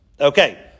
Okay